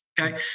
Okay